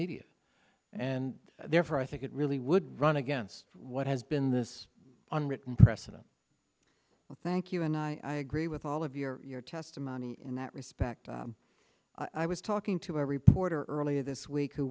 media and therefore i think it really would run against what has been this unwritten precedent thank you and i agree with all of your testimony in that respect i was talking to a reporter earlier this week who